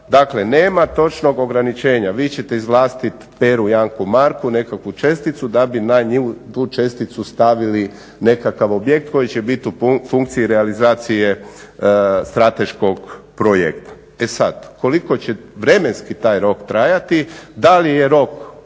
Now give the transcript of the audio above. Dakle, nema točnog ograničenja. Vi ćete izvlastiti Peru, Janku, Marku nekakvu česticu da bi na tu česticu stavili nekakav objekt koji će biti u funkciji realizacije strateškog projekta. E sad, koliko će vremenski taj rok trajati, da li je rok